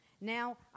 Now